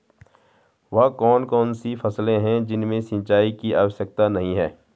वह कौन कौन सी फसलें हैं जिनमें सिंचाई की आवश्यकता नहीं है?